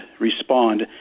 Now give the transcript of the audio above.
respond